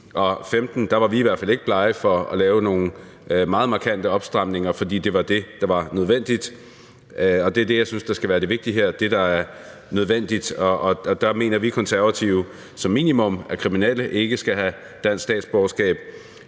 og der var vi i hvert fald ikke blege for at lave nogle meget markante opstramninger, fordi det var det, der var nødvendigt. Det er det, jeg synes skal være det vigtige her. Det er altså det, der er nødvendigt. Der mener vi Konservative, at kriminelle som minimum ikke skal have statsborgerskab.